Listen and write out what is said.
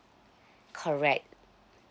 correct